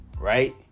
right